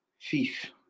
fifth